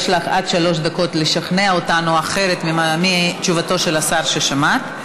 יש לך עד שלוש דקות לשכנע אותנו אחרת מתשובתו של השר ששמעת.